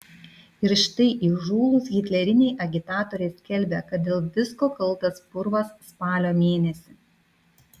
ir štai įžūlūs hitleriniai agitatoriai skelbia kad dėl visko kaltas purvas spalio mėnesį